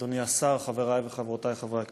תודה לך, אדוני השר, חברי וחברותי חברי הכנסת,